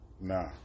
Nah